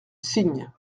signe